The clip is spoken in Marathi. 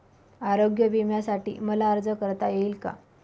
आरोग्य विम्यासाठी मला अर्ज करता येईल का?